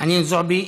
חנין זועבי,